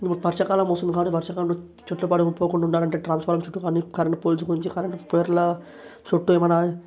ఇపుడు వర్షాకాలం వస్తుంది కాబట్టి వర్షాకాలంలో చెట్లు పడిపోకుండా ఉండాలంటే ట్రాన్స్ఫార్మర్ చుట్టూ అన్ని కరెంట్ పోల్స్ గురించి కరెంట్ పైర్ల చుట్టూ ఏమైనా